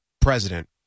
president